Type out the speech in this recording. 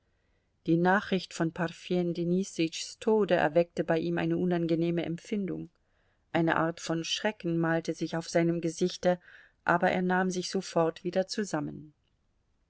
die nachricht von parfen denisütschs tode erweckte bei ihm eine unangenehme empfindung eine art von schrecken malte sich auf seinem gesichte aber er nahm sich sofort wieder zusammen